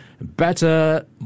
Better